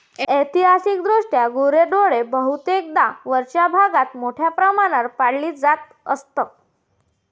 ऐतिहासिकदृष्ट्या गुरेढोरे बहुतेकदा वरच्या भागात मोठ्या प्रमाणावर पाळली जात असत